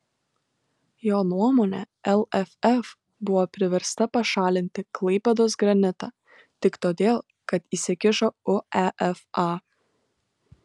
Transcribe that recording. jo nuomone lff buvo priversta pašalinti klaipėdos granitą tik todėl kad įsikišo uefa